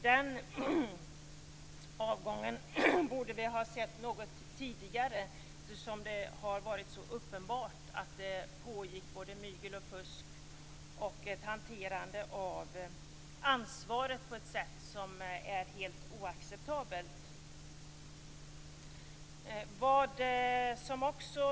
Den avgången borde vi ha sett något tidigare, eftersom det har varit uppenbart att det har förekommit både mygel och fusk och att man har hanterat ansvaret på ett helt oacceptabelt sätt.